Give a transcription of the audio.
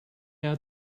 out